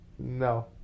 No